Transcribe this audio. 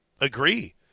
agree